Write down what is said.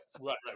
right